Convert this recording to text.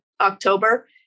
October